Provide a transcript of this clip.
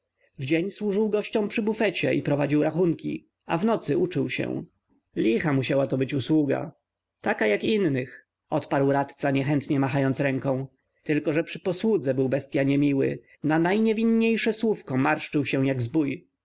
dzień służył gościom przy bufecie i prowadził rachunki a w nocy uczył się licha musiała to być usługa taka jak innych odparł radca niechętnie machając ręką tylko że przy posłudze był bestya niemiły na najniewinniejsze słówko marszczył się jak zbój